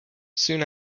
soon